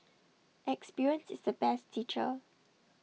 experience is the best teacher